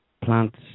Plants